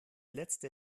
letzte